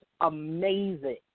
amazing